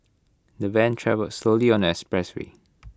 the van travelled slowly on the expressway